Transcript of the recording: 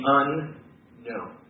unknown